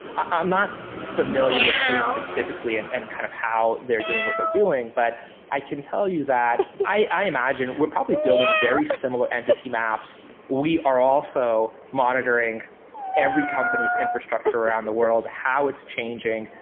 i'm not familiar with qadium specifically and and kind of how they're doing what they're doing, but i can tell you that i imagine, we're probably building very similar entity maps. we are also monitoring every company's infrastructure around the world, how it's changing,